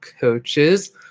coaches